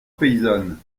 paysanne